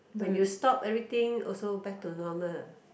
when you stop everything also back to normal